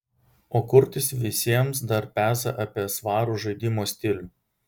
o kurtis visiems dar peza apie svarų žaidimo stilių